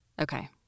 Okay